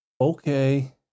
Okay